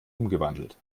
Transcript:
umgewandelt